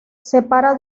separa